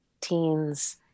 teens